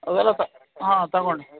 ಅದೆಲ್ಲ ಸಹ ಹಾಂ ತಗೊಂಡೆ